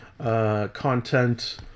content